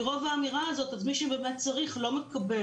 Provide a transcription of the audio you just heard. מרוב האמירה הזאת אז מי שבאמת צריך לא מקבל.